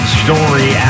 story